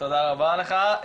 תודה רבה לך.